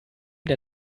der